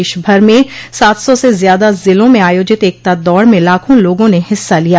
देश भर में सात सौ से ज्यादा जिलों में आयोजित एकता दौड़ में लाखों लोगों ने हिस्सा लिया